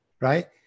right